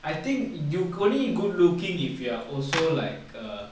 I think you only good looking if you are also like err